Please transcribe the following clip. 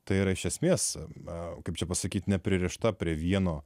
tai yra iš esmės na kaip čia pasakyti nepririšta prie vieno